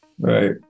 Right